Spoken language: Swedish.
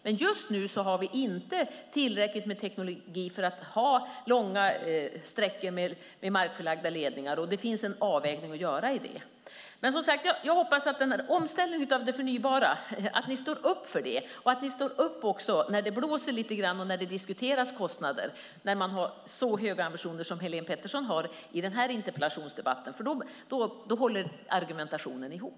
Men just nu finns inte tillräckligt med teknik för långa sträckor av markförlagda ledningar. Det måste göras en avvägning. Jag hoppas att ni står upp för en omställning till det förnybara och att ni står upp i frågorna även när det blåser och kostnader diskuteras - särskilt med de höga ambitioner som Helene Petersson i Stockaryd har i den här interpellationsdebatten. Då håller argumentationen ihop.